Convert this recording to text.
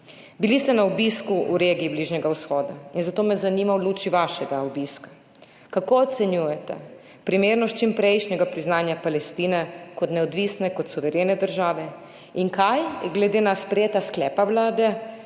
bili ste na obisku v regiji Bližnjega vzhoda in zato me v luči vašega obiska zanima: Kako ocenjujete primernost čimprejšnjega priznanja Palestine kot neodvisne in suverene države? Kaj glede na sprejeta sklepa Vlade